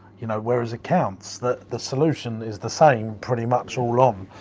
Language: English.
you know, whereas accounts, that the solution is the same pretty much all along.